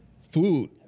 Food